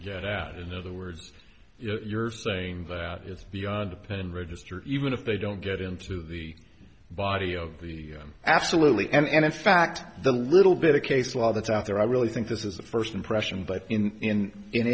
get out in other words you're saying it's beyond a pen register even if they don't get into the body of the absolutely and in fact the little bit of case law that's out there i really think this is a first impression but in in